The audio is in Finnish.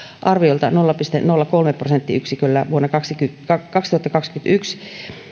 arviolta nolla pilkku nolla kolme prosenttiyksiköllä vuonna kaksituhattakaksikymmentäyksi